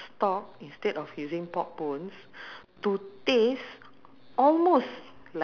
actually a hawker centre have you have you heard about this um deanna's kitchen